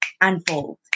unfold